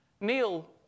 Neil